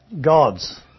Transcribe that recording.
God's